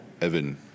Evan